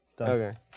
Okay